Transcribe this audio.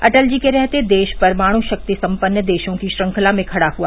अटल जी के रहते देश परमाणु शक्ति सम्पन्न देशों की श्रृंखला में खड़ा हुआ